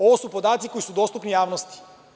Ovo su podaci koji su dostupni javnosti.